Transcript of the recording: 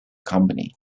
company